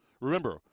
Remember